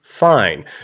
fine